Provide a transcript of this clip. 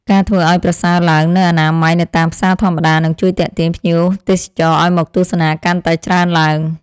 ការធ្វើឱ្យប្រសើរឡើងនូវអនាម័យនៅតាមផ្សារធម្មតានឹងជួយទាក់ទាញភ្ញៀវទេសចរឱ្យមកទស្សនាកាន់តែច្រើនឡើង។